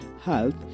health